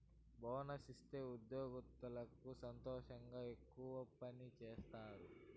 bonus ఇత్తే ఉద్యోగత్తులకి సంతోషంతో ఎక్కువ పని సేత్తారు